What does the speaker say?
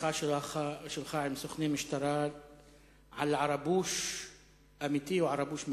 בשיחה שלך עם סוכני משטרה על "ערבוש אמיתי" או "ערבוש מלוכלך",